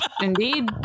indeed